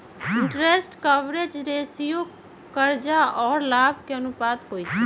interest coverage ratio करजा आऽ लाभ के अनुपात होइ छइ